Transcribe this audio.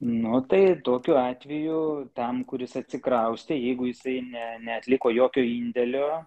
nu tai tokiu atveju tam kuris atsikraustė jeigu jisai ne neatliko jokio indėlio